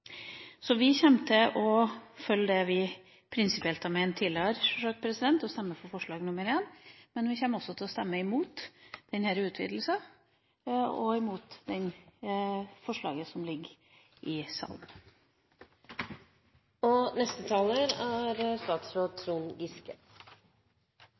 Vi kommer til å følge det vi prinsipielt har ment tidligere, sjølsagt, og stemmer for forslag nr. 1, men vi kommer også til å stemme imot utvidelsen og det forslaget til vedtak som ligger i saken. La meg først få takke saksordføreren og